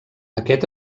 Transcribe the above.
aquest